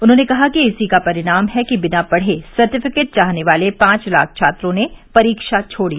उन्होंने कहा कि इसी का परिणाम है कि बिना पढ़े सर्टिफिकेट चाहने वाले पांच लाख छात्रों ने परीक्षा छोड़ी